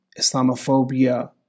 Islamophobia